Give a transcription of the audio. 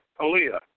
Aaliyah